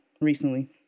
recently